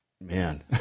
Man